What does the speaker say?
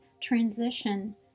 transition